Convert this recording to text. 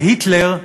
והיטלר,